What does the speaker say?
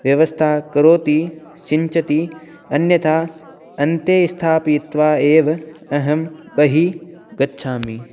व्यवस्था करोति सिञ्चति अन्यथा अन्ते स्थापयित्वा एव अहं बहिः गच्छामि